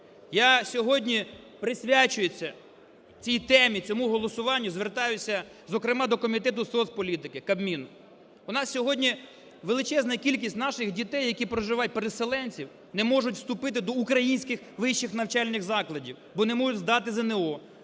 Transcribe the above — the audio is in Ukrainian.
Я сьогодні, присвячується цій темі, цьому голосуванню, звертаюся, зокрема, до Комітету соцполітики, Кабміну. У нас сьогодні величезна кількість наших дітей, які проживають, переселенців не можуть вступити до українських вищих навчальних закладів. Бо не можуть здати ЗНО,